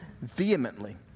vehemently